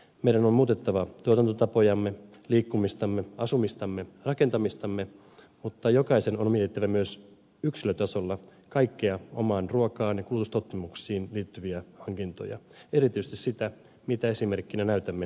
meidän on muutettava tuotantotapojamme liikkumistamme asumistamme rakentamistamme mutta jokaisen on mietittävä myös yksilötasolla kaikkea omaan ruokaan ja kulutustottumuksiin liittyviä hankintoja erityisesti sitä mitä esimerkkinä näytämme omille lapsillemme